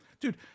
dude